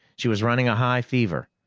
she was running a high fever.